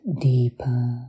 deeper